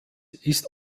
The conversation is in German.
ist